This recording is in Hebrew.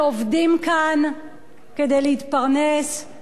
שעובדים כאן כדי להתפרנס,